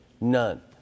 None